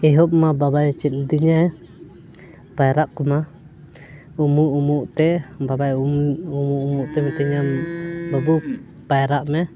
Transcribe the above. ᱮᱦᱚᱵᱼᱢᱟ ᱵᱟᱵᱟᱭ ᱪᱮᱫ ᱞᱮᱫᱤᱧᱟ ᱯᱟᱭᱨᱟᱜ ᱠᱚᱢᱟ ᱩᱢᱩᱜ ᱩᱢᱩᱜᱼᱛᱮ ᱵᱟᱵᱟᱭ ᱩᱢᱩᱜ ᱩᱢᱩᱜᱼᱛᱮ ᱢᱤᱛᱟᱹᱧᱟᱢ ᱵᱟᱹᱵᱩ ᱯᱟᱭᱨᱟᱜᱼᱢᱮ